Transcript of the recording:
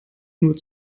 nur